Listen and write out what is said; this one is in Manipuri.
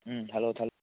ꯎꯝ ꯍꯜꯂꯣ